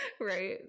Right